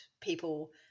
people